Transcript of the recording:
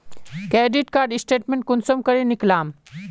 Credit card statement कुंसम करे निकलाम?